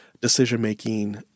decision-making